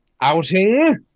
outing